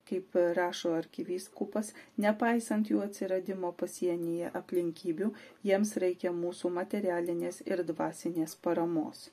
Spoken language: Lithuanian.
kaip rašo arkivyskupas nepaisant jų atsiradimo pasienyje aplinkybių jiems reikia mūsų materialinės ir dvasinės paramos